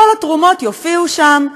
כל התרומות יופיעו שם,